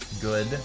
good